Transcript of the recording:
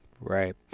Right